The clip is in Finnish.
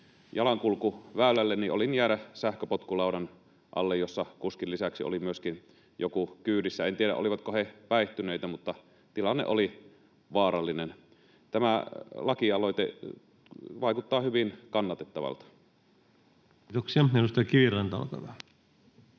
jalankulkuväylälle, olin jäädä sähköpotkulaudan alle, jossa kuskin lisäksi oli myöskin joku kyydissä. En tiedä, olivatko he päihtyneitä, mutta tilanne oli vaarallinen. Tämä lakialoite vaikuttaa hyvin kannatettavalta. [Speech 216] Speaker: